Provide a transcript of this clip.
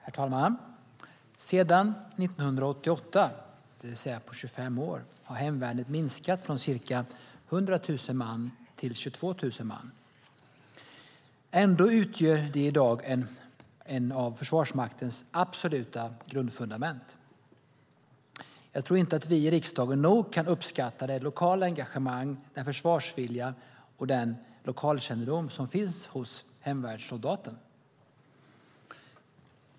Herr talman! Sedan 1988, det vill säga på 25 år, har hemvärnet minskat från ca 100 000 man till 22 000 man. Ändå utgör de i dag ett av Försvarsmaktens absoluta grundfundament. Jag tror inte att vi i riksdagen nog kan uppskatta det lokala engagemang, den försvarsvilja och den lokalkännedom som finns hos hemvärnssoldaten.